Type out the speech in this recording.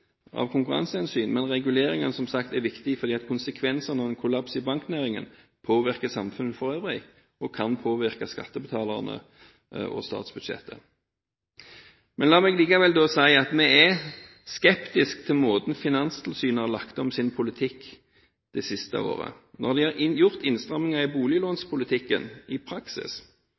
av konkurransehensyn, men reguleringen er som sagt også viktig fordi konsekvensene av en kollaps i banknæringen påvirker samfunnet for øvrig og kan påvirke skattebetalerne og statsbudsjettet. La meg likevel si at vi er skeptiske til måten Finanstilsynet har lagt om sin politikk på det siste året. De har i praksis gjort innstramninger i boliglånspolitikken.